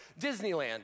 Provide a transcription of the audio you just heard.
Disneyland